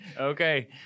Okay